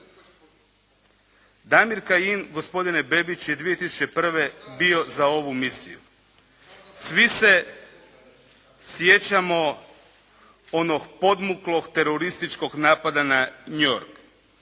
Damir Kajin gospodine Bebić je 2001. bio za ovu misiju. Svi se sjećamo onog podmuklog terorističkog napada na New York.